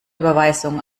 überweisung